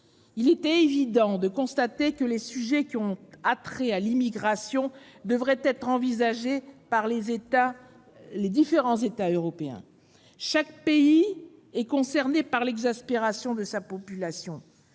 constat d'évidence que les sujets ayant trait à l'immigration devaient être traités par les différents États européens. Chaque pays est concerné par l'exaspération de sa population.